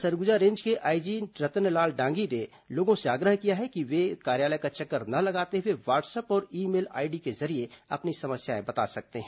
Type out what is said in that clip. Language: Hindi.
सरगुजा रेंज के आईजी रतनलाल डांगी ने लोगों से आग्रह किया है कि वे कार्यालय का चक्कर न लगाते हुए व्हाट्सअप और ई मेल आईडी के जरिये अपनी समस्याएं बता सकते हैं